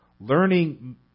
Learning